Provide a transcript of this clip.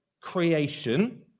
creation